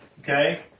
okay